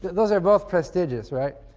those are both prestigious, right?